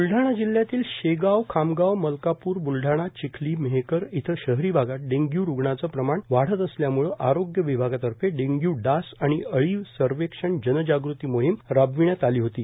ब्लढाणा जिल्ह्यातील शेगावर खामगावर मलकाप्र ए ब्लडाणार चिखलीर मेहकर ए इथं शहरी भागात डेंग्य् रुग्णांचं प्रमाण वाढत असल्याम्ळं आरोग्य विभागातर्फे डेंग्य् डास आणि अळी सर्वेक्षण जनजागृती मोहीम राबविण्यात आली होती